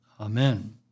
Amen